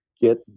get